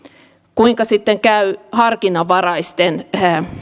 kuinka sitten käy harkinnanvaraisten